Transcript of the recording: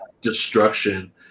destruction